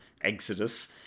Exodus